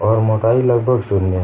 और मोटाई लगभग शून्य है